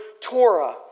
Torah